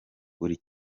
buri